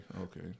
okay